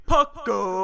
Pucko